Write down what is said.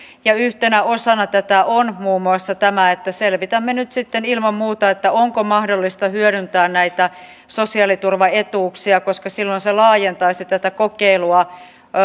yhtenä osana tätä on muun muassa tämä että selvitämme nyt sitten ilman muuta onko mahdollista hyödyntää näitä sosiaaliturvaetuuksia koska silloin se laajentaisi tätä kokeilua